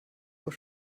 doch